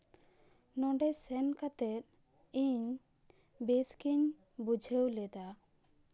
ᱱᱚᱸᱰᱮ ᱥᱮᱱ ᱠᱟᱛᱮᱫ ᱤᱧ ᱵᱮᱥ ᱜᱤᱧ ᱵᱩᱡᱷᱟᱹᱣ ᱞᱮᱫᱟ